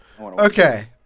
Okay